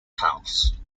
house